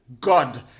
God